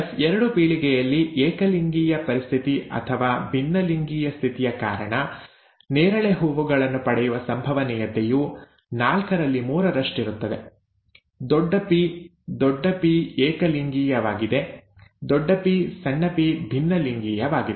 ಎಫ್2 ಪೀಳಿಗೆಯಲ್ಲಿ ಏಕಲಿಂಗೀಯ ಸ್ಥಿತಿ ಅಥವಾ ಭಿನ್ನಲಿಂಗೀಯ ಸ್ಥಿತಿಯ ಕಾರಣ ನೇರಳೆ ಹೂವುಗಳನ್ನು ಪಡೆಯುವ ಸಂಭವನೀಯತೆಯು ನಾಲ್ಕರಲ್ಲಿ ಮೂರರಷ್ಟಿರುತ್ತದೆ ದೊಡ್ಡ ಪಿ ದೊಡ್ಡ ಪಿ ಏಕಲಿಂಗೀಯವಾಗಿದೆ ದೊಡ್ಡ ಪಿ ಸಣ್ಣ ಪಿ ಭಿನ್ನಲಿಂಗೀಯವಾಗಿದೆ